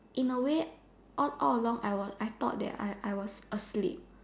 in a way all along I was I thought there I was asleep